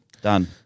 Done